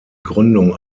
gründung